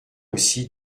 aussi